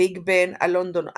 הביג בן, הלונדון איי,